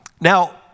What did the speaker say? Now